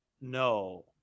No